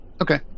Okay